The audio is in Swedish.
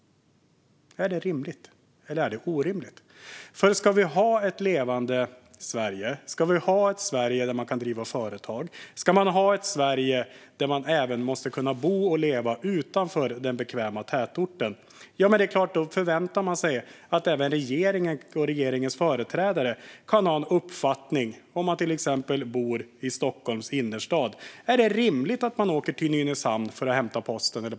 Är det rimligt eller är det orimligt? Vi ska ha ett levande Sverige, ett Sverige där vi kan driva företag, bo och leva även utanför den bekväma tätorten. Då förväntar jag mig att regeringen och regeringens företrädare har en uppfattning om det är rimligt att den som bor i Stockholms innerstad får åka till Nynäshamn för att hämta post och paket.